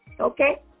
Okay